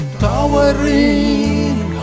towering